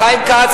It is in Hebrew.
חיים כץ,